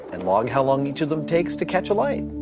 and log how long each of them takes to catch a light.